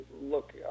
look